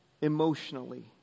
emotionally